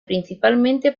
principalmente